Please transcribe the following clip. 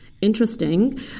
interesting